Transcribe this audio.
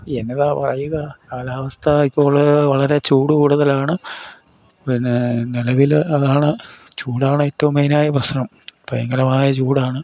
എന്നതാ പറയുക കാലാവസ്ഥ ഇപ്പോൾ വളരെ ചൂട് കൂടുതലാണ് പിന്നെ നിലവിൽ അതാണ് ചൂടാണ് ഏറ്റവും മേയിനായ പ്രശ്നം ഭയങ്കരമായ